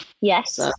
Yes